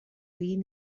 egin